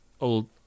old